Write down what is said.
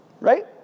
right